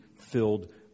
filled